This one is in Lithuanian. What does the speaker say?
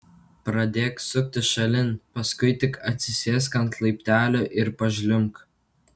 pradėk suktis šalin paskui tik atsisėsk ant laiptelio ir pažliumbk